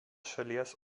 šalies